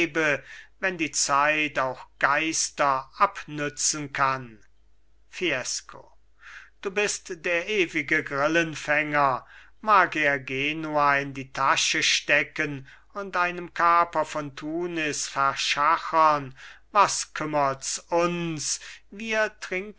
wenn die zeit auch geister abnützen kann fiesco du bist der ewige grillenfänger mag er genua in die tasche stecken und einem kaper von tunis verschachern was kümmerts uns wir trinken